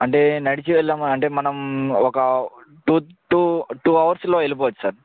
అంటే నడిచి వెళ్ళాం అంటే మనం ఒక టూ టూ టూ అవర్స్లో వెళ్ళిపోవచ్చు సార్